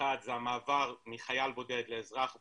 אחד זה המעבר מחייל בודד לאזרח בודד,